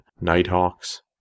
Nighthawks